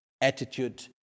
attitude